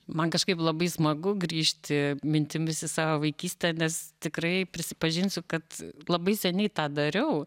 man kažkaip labai smagu grįžti mintimis į savo vaikystę nes tikrai prisipažinsiu kad labai seniai tą dariau